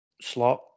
slot